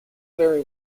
vary